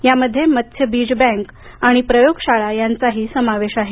यामध्ये मत्स्य बीज बँक आणि प्रयोगशाळा यांचाही समावेश आहे